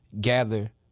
gather